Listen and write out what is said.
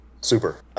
Super